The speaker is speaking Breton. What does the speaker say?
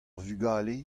vugale